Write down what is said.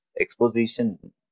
exposition